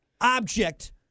object